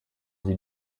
sie